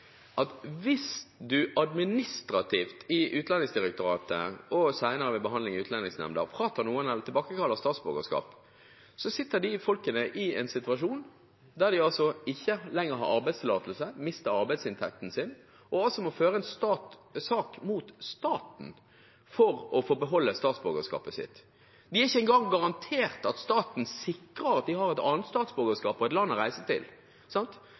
at hvis en administrativt i Utlendingsdirektoratet og ved senere behandling i Utlendingsnemnda fratar noen statsborgerskap eller tilbakekaller statsborgerskap, settes disse folkene i en situasjon der de ikke lenger har arbeidstillatelse. De mister arbeidsinntekten sin, og de må føre en sak mot staten for å få beholde statsborgerskapet sitt. De er ikke engang garantert at staten sikrer at de har et annet statsborgerskap og et land å reise til.